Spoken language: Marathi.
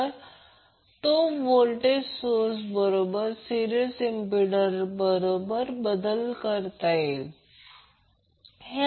तर तो व्होल्टेज सोर्स बरोबर सिरिसमध्ये इम्पिडंस बरोबर बदल करता येतो